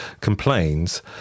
complains